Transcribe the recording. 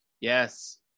Yes